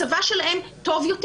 מצבה של האם טוב יותר.